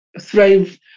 thrive